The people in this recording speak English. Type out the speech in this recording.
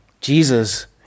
Jesus